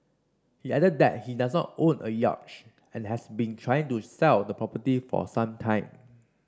he added that he does not own a yacht and has been trying to sell the property for some time